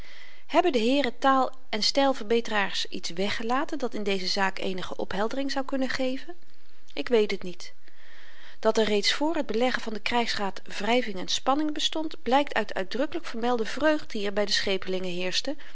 hebben de heeren taal en stylverbeteraars iets weggelaten dat in deze zaak eenige opheldering zou kunnen geven ik weet het niet dat er reeds vr t beleggen van den krygsraad wryving en spanning bestond blykt uit de uitdrukkelyk vermelde vreugd die er by de schepelingen heerschte